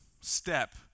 step